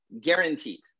guaranteed